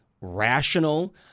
rational